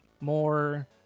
more